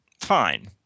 fine